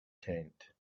tent